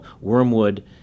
wormwood